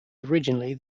originally